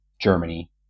Germany